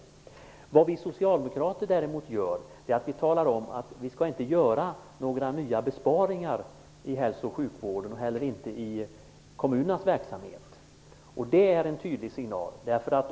Det vi socialdemokrater däremot gör är att vi talar om att vi inte skall göra några nya besparingar i hälso och sjukvården och heller inte i kommunernas verksamhet. Det är en tydlig signal.